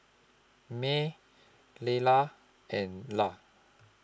Mell Leyla and Lla